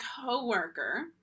coworker